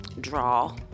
draw